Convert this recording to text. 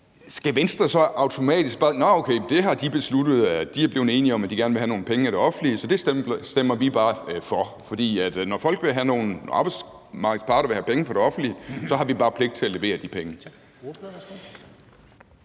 skal Venstre så automatisk sige, at de har besluttet og er blevet enige om, at de gerne vil have nogle penge af det offentlige, og så stemmer Venstre bare for det, for når arbejdsmarkedets parter vil have penge fra det offentlige, har Venstre bare pligt til at levere de penge?